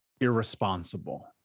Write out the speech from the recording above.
irresponsible